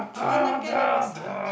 I wanna get a massage